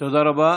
תודה רבה.